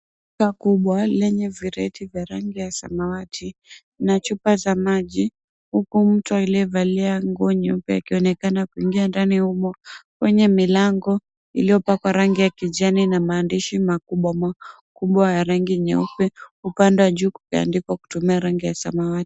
...kubwa lenye vireti vya rangi ya samawati na chupa za maji huku mtu aliyevalia nguo nyeupe akionekana kuingia ndani humo kwenye milango iliyopakwa rangi ya kijani na maandishi makubwa makubwa ya rangi nyeupe upande wa juu kuandikwa kutumia rangi ya samawati.